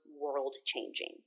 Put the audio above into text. world-changing